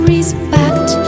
Respect